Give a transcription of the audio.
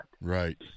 right